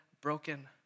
broken